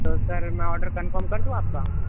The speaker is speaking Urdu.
تو سر میں آرڈر کنفرم کر دوں آپ کا